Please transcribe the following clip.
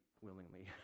willingly